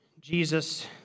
Jesus